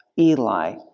Eli